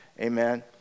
Amen